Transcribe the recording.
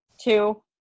two